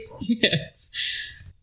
Yes